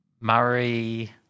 Murray